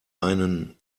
einen